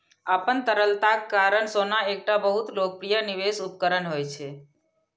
अपन तरलताक कारण सोना एकटा बहुत लोकप्रिय निवेश उपकरण होइ छै